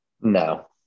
No